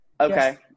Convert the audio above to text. Okay